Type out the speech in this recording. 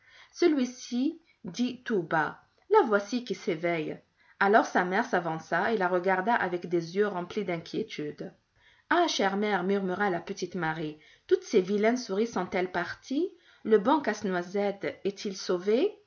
bas la voici qui s'éveille alors sa mère s'avança et la regarda avec des yeux remplis d'inquiétude ah chère mère murmura la petite marie toutes ces vilaines souris sont-elles parties le bon casse-noisette est-il sauvé